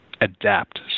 adapt